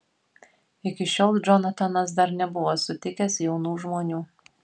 iki šiol džonatanas dar nebuvo sutikęs jaunų žmonių